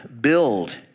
build